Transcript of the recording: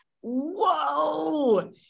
Whoa